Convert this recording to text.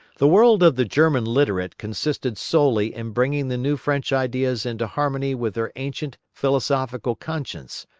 the world of the german literate consisted solely in bringing the new french ideas into harmony with their ancient philosophical conscience,